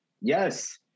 Yes